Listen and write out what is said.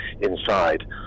inside